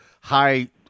high –